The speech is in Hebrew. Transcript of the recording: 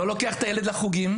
לא לוקח את הילד לחוגים,